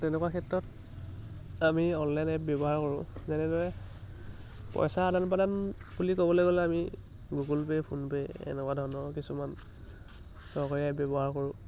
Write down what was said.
তেনেকুৱা ক্ষেত্ৰত আমি অনলাইন এপ ব্যৱহাৰ কৰোঁ যেনেদৰে পইচা আদান প্ৰদান বুলি ক'বলৈ গ'লে আমি গুগল পে' ফোনপে' এনেকুৱা ধৰণৰ কিছুমান চৰকাৰী এপ ব্যৱহাৰ কৰোঁ